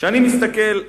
אני כבר מסיים.